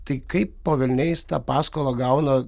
tai kaip po velniais tą paskolą gauna